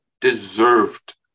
deserved